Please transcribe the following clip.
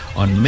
on